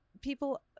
people